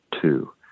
two